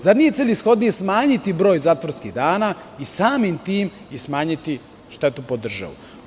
Zar nije celishodne smanjiti broj zatvorskih dana i samim tim i smanjiti štetu po državu?